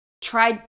tried